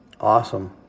awesome